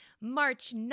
March